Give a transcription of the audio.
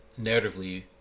narratively